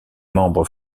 membre